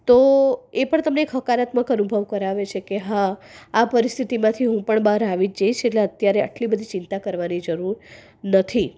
તો એ પણ તમને એક હકારાત્મક અનુભવ કરાવે છે કે હા આ પરિસ્થિતિમાંથી હું પણ બહાર આવી જ જઇશ એટલે આટલી બધી ચિંંતા કરવાની જરૂર નથી